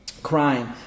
Crying